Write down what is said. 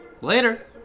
Later